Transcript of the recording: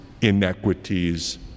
inequities